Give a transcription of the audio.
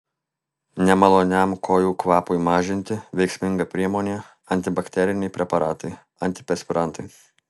nemaloniam kojų kvapui mažinti veiksminga priemonė antibakteriniai preparatai antiperspirantai